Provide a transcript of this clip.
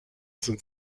sind